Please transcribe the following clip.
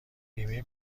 بیمه